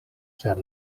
ĉar